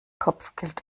kopfgeld